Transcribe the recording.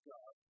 God